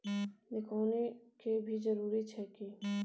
निकौनी के भी जरूरी छै की?